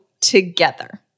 together